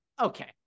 okay